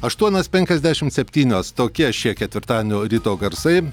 aštuonios penkiasdešimt septynios tokie šie ketvirtadienio ryto garsai